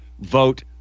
vote